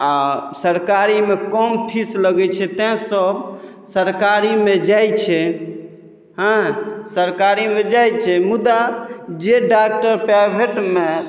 आ सरकारीमे कम फीस लगैत छै तैँ सभ सरकारीमे जाइत छै हँ सरकारीमे जाइत छै मुदा जे डॉक्टर प्राइवेटमे